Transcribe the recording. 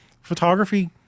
Photography